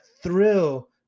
thrill